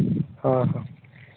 ᱦᱮᱸ